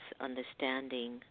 understanding